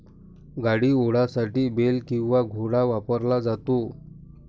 गाडी ओढण्यासाठी बेल किंवा घोडा वापरला जातो